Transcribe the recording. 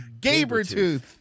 Gabertooth